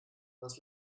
was